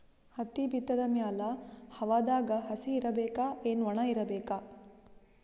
ಹತ್ತಿ ಬಿತ್ತದ ಮ್ಯಾಲ ಹವಾದಾಗ ಹಸಿ ಇರಬೇಕಾ, ಏನ್ ಒಣಇರಬೇಕ?